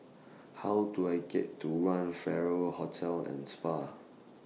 How Do I get to one Farrer Hotel and Spa